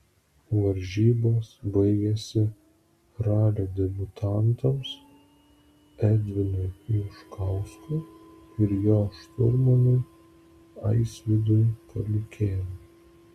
varžybos baigėsi ralio debiutantams edvinui juškauskui ir jo šturmanui aisvydui paliukėnui